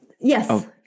Yes